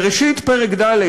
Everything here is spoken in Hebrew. בבראשית, פרק ד',